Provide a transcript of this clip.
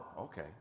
okay